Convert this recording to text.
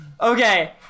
Okay